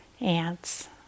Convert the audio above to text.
ants